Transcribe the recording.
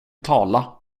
tala